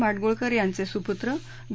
माडगूळकर यांचे सुपुत्र ग